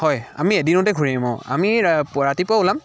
হয় আমি এদিনতে ঘূৰিম আমি পুৱা ৰাতিপুৱা ওলাম